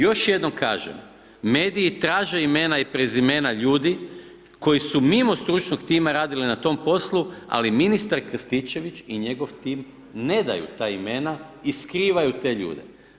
Još jednom kažem, mediji traže imena i prezimena ljudi koji su mimo stručnog tima radili na tom poslu, ali ministar Krstičević i njegov tim ne daju ta imena i skrivaju te ljude.